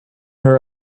her